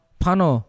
pano